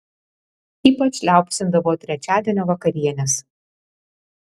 ypač liaupsindavo trečiadienio vakarienes